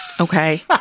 Okay